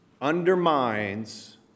Undermines